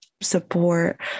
support